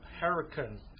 hurricane